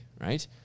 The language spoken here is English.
right